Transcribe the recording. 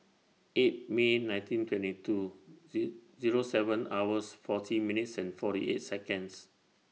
eight May nineteen twenty two Z Zero seven hours forty minutes and forty eight Seconds